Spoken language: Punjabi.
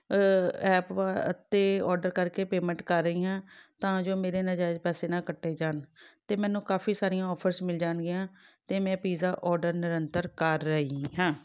ਐਪ ਵਾ ਅਤੇ ਔਡਰ ਕਰਕੇ ਪੇਮੈਂਟ ਕਰ ਰਹੀ ਹਾਂ ਤਾਂ ਜੋ ਮੇਰੇ ਨਾਜਾਇਜ਼ ਪੈਸੇ ਨਾ ਕੱਟੇ ਜਾਣ ਅਤੇ ਮੈਨੂੰ ਕਾਫ਼ੀ ਸਾਰੀਆਂ ਔਫਰਸ ਮਿਲ ਜਾਣਗੀਆਂ ਅਤੇ ਮੈਂ ਪੀਜ਼ਾ ਔਡਰ ਨਿਰੰਤਰ ਕਰ ਰਹੀ ਹਾਂ